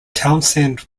townsend